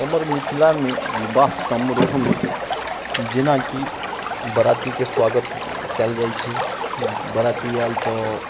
हमर मिथिलामे विवाह समारोहमे जेनाकि बरातीके स्वागत कयल जाइत छै बराती आएल तऽ